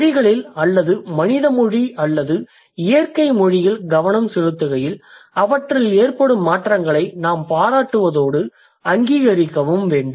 மொழிகளில் அல்லது மனித மொழி அல்லது இயற்கைமொழியில் கவனம் செலுத்துகையில் அவற்றில் ஏற்படும் மாற்றங்களை நாம் பாராட்டுவதோடு அங்கீகரிக்கவும் வேண்டும்